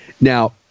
Now